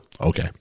okay